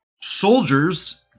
soldiers